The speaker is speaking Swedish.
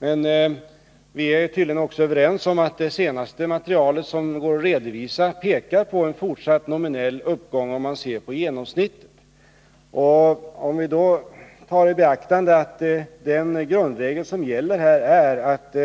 Men vi är tydligen också överens om att det senaste material som går att redovisa pekar på en fortsatt nominell uppgång, om man ser på genomsnittet. Den grundregel som gäller här är att